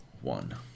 one